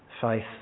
faith